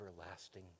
everlasting